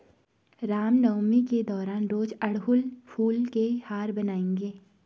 रामनवमी के दौरान रोज अड़हुल फूल के हार बनाएंगे